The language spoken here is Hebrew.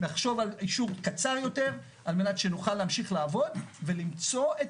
נחשוב על אישור קצר יותר על מנת שנוכל להמשיך לעבוד ולמצוא את